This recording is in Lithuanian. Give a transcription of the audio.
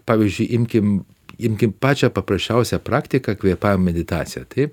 pavyzdžiui imkim imkim pačią paprasčiausią praktiką kvėpavimo meditacija taip